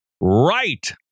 right